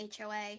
HOA